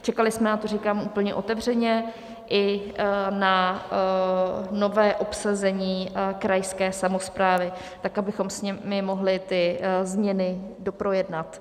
Čekali jsme na to, říkám úplně otevřeně, i na nové obsazení krajské samosprávy, tak abychom s nimi mohli ty změny doprojednat.